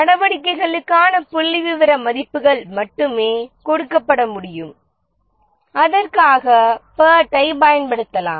நடவடிக்கைகளுக்கான புள்ளிவிவர மதிப்புகள் மட்டுமே கொடுக்கப்பட முடியும் அதற்காக பேர்ட்டை பயன்படுத்தலாம்